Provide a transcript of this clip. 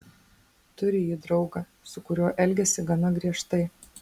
turi ji draugą su kuriuo elgiasi gana griežtai